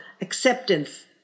acceptance